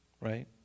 Right